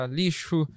lixo